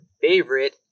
favorite